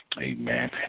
Amen